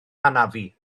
hanafu